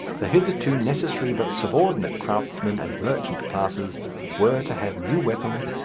the hitherto necessary but subordinate craftsman and merchant classes were to have new weapons,